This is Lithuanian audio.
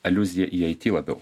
aliuzija į it labiau